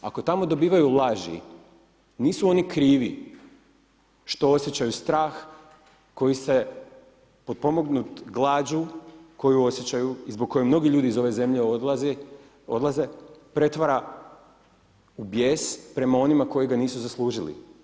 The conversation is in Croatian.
Ako tamo dobivaju laži, nisu oni krivi što osjećaju strah koji se potpomognut glađu koju osjećaju i zbog koje mnogi ljudi iz ove zemlje odlaze, pretvara u bijes prema onima koji ga nisu zaslužili.